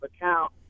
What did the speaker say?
account